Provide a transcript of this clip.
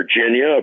Virginia